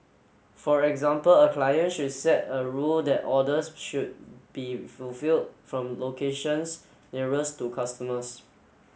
for example a client should set a rule that orders should be fulfilled from locations nearest to customers